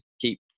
keep